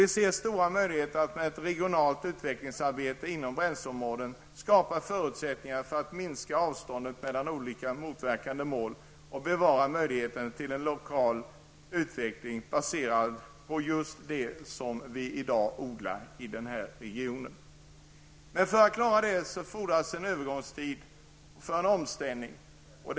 Vi ser stora möjligheter att med ett regionalt utvecklingsarbete inom bränsleområden skapa förutsättningar för att minska avståndet mellan olika motverkande mål och bevara möjligheten till en lokal utveckling baserad på just det vi i dag producerar i regionen. För att klara detta fordras en övergångstid för omställningen.